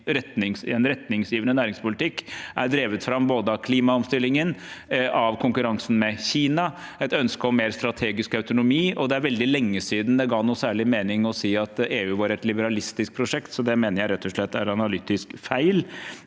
i en retningsgivende næringspolitikk. Det er drevet fram både av klimaomstillingen, av konkurransen med Kina og av et ønske om mer strategisk autonomi, og det er veldig lenge siden det ga noe særlig mening å si at EU er et liberalistisk prosjekt. Det mener jeg rett og slett er analytisk feil,